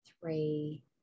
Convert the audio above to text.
three